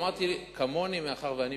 אמרתי שלא מכיר כמוני,